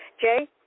Jay